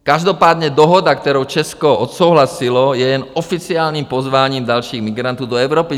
Každopádně dohoda, kterou Česko odsouhlasilo, je jen oficiálním pozváním dalších migrantů do Evropy.